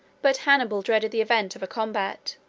but hannibal dreaded the event of a combat,